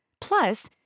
Plus